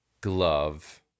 glove